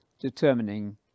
determining